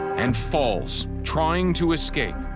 and falls, trying to escape.